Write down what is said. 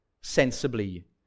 sensibly